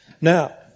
Now